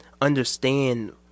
understand